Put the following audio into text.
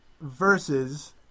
versus